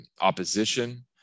opposition